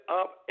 up